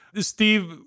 Steve